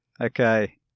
Okay